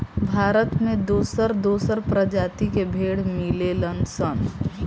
भारत में दोसर दोसर प्रजाति के भेड़ मिलेलन सन